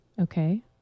Okay